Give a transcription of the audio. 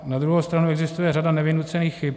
Na druhou stranu existuje řada nevynucených chyb.